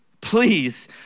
please